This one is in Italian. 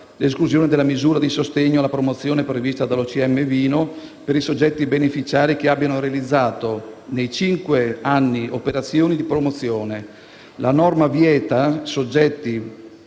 l'esclusione dalla misura di sostegno alla promozione prevista dall'OCM Vino per i soggetti beneficiari che abbiano realizzato nei cinque anni operazioni di promozione. La norma vieta ai soggetti